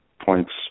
points